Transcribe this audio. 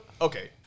Okay